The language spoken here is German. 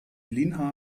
linha